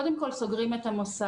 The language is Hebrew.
קודם כול סוגרים את המוסד.